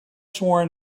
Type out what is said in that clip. sworn